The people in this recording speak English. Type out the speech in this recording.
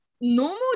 normal